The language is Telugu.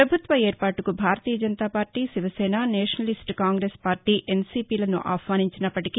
పభుత్వ ఏర్పాటుకు Bharatiya Janata Party Shiv Sena Nationalist Congress Party ఎన్సీపీలను ఆహ్వానించినప్పటికి